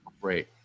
Great